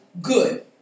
good